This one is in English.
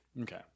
Okay